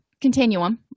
continuum